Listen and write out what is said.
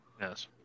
Yes